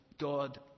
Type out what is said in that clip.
God